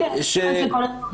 כן, כן, אני אתייחס לכל הדברים.